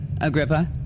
Agrippa